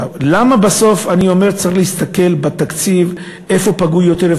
למה בסוף אני אומר שצריך להסתכל בתקציב איפה פגעו יותר,